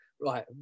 Right